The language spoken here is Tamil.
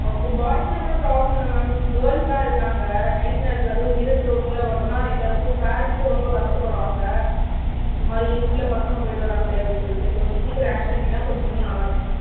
ஒகே பாய்ஸ்னால் கூட ப்ராப்ளம் இல்லை மேம் கேர்ள்ஸெலாம் இருக்காங்க நைட் நேரத்தில் அதுவும் இருட்டு ரோடில் வரணுன்னால் எல்லோருக்கும் பேரண்ட்ஸும் ரொம்ப கஷ்டப்படுறாங்க இந்த மாதிரி இருட்டில் பசங்க போய்விட்டு வராங்களே அப்படி சொல்லிவிட்டு கொஞ்சம் சீக்கிரம் ஆக்ஷன் எடுத்திங்கன்னால் கொஞ்சம் இன்னும் நல்லா இருக்கும் மேம்